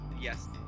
Yes